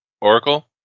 Oracle